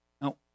Now